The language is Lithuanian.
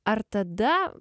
ar tada